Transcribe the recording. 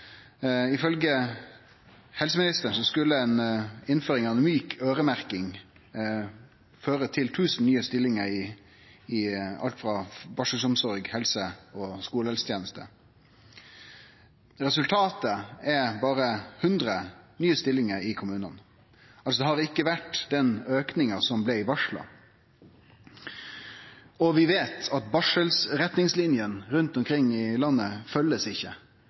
helseministeren ei innføring av ei mjuk øyremerking som skulle føre til 1 000 nye stillingar i alt frå barselsomsorg til skolehelseteneste. Resultatet er berre 100 nye stillingar i kommunane. Det har altså ikkje vore den auken som blei varsla. Vi veit at barselsretningslinene rundt omkring i landet